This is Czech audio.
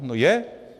No je.